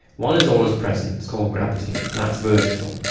one is always present, it's called gravity, and that's vertical.